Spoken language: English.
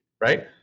right